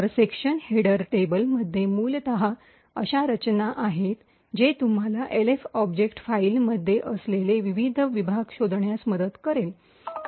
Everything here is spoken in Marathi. तर सेक्शन हेडर टेबल मध्ये मूलत अशी रचना आहे जी तुम्हाला एल्फ ऑब्जेक्ट फाईलमधे असलेले विविध विभाग शोधण्यास मदत करेल